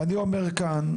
ואני אומר כאן,